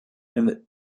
and